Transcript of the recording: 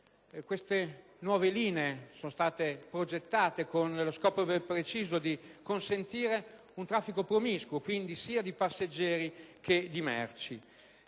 Queste nuove linee sono state progettate con lo scopo ben preciso di consentire un traffico promiscuo, quindi sia di passeggeri che di merci.